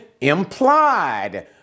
implied